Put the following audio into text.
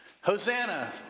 Hosanna